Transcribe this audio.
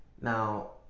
now